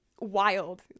wild